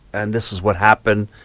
and this is what happened,